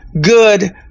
Good